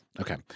Okay